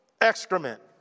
excrement